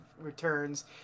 returns